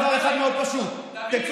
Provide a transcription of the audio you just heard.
אני רק אומר לך דבר אחד מאוד פשוט, תביא מקרים.